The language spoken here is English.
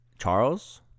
Charles